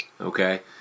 okay